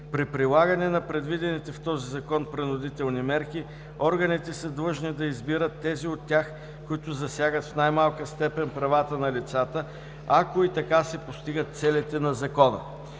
При прилагане на предвидените в този закон принудителни мерки органите са длъжни да избират тези от тях, които засягат в най-малка степен правата на лицата, ако и така се постигат целите на закона“.“